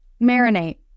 marinate